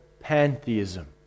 pantheism